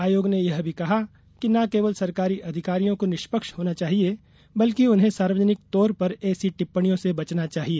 आयोग ने यह भी कहा कि न केवल सरकारी अधिकारियों को निष्पध्क्ष होना चाहिए बल्कि उन्हें सार्वजनिक तौर पर ऐसी टिप्पणियों से बचना चाहिए